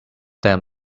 them